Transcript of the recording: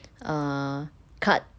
err cut